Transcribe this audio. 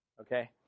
Okay